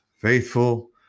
faithful